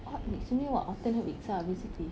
odd weeks you mean what alternate weeks ah basically